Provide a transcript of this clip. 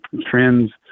trends